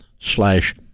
slash